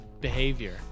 Behavior